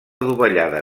dovellada